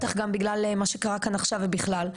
בטח גם בגלל מה שקרה כאן עכשיו ובכלל,